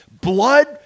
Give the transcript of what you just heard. Blood